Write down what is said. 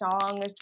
songs